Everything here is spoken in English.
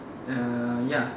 ya